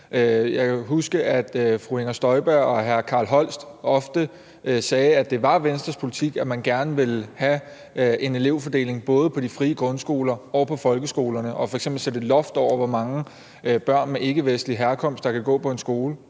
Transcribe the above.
kan huske, at fru Inger Støjberg og hr. Carl Holst ofte sagde, det var Venstres politik, at man gerne ville have en elevfordeling både i de frie grundskoler og i folkeskolerne og f.eks. sætte et loft over, hvor mange børn af ikkevestlig herkomst der kunne gå på en skole.